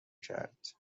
کرد